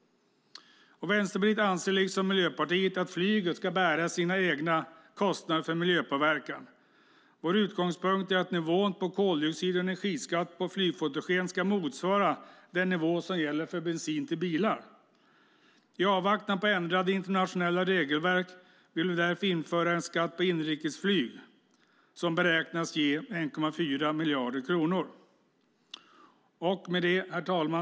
Vänsterpartiet anser liksom Miljöpartiet att flyget ska bära sina egna kostnader för miljöpåverkan. Vår utgångspunkt är att nivån på koldioxid och energiskatt på flygfotogen ska motsvara den nivå som gäller för bensin till bilar. I avvaktan på ändrade internationella regelverk vill vi därför införa en skatt på inrikesflyg som beräknas ge 1,4 miljarder kronor. Herr talman!